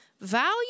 value